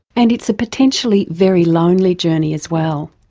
and it's a potentially very lonely journey as well.